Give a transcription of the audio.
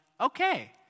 okay